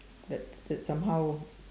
that that somehow